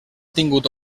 tingut